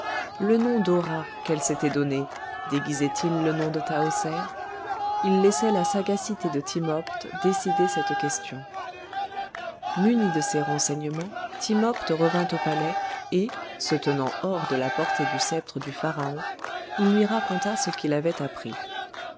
le nom d'hora qu'elle s'était donné déguisait il le nom de tahoser il laissait la sagacité de timopht décider cette question muni de ces renseignements timopht revint au palais et se tenant hors de la portée du sceptre du pharaon il lui raconta ce qu'il avait appris